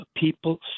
people